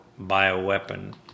bioweapon